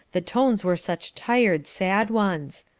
the tones were such tired, sad ones.